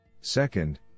Second